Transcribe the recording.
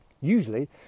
Usually